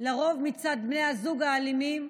לרוב מצד בני הזוג האלימים,